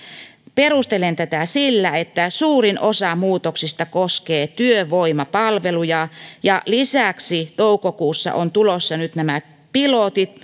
perustelen tätä sillä että suurin osa muutoksista koskee työvoimapalveluja ja lisäksi toukokuussa on tulossa nämä pilotit